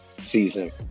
season